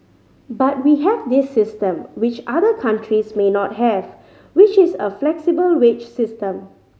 but we have this system which other countries may not have which is a flexible wage system